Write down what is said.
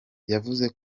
yavuze